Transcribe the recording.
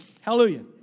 Hallelujah